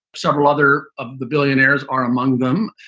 several other of the billionaires are among them.